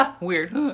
Weird